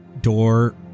door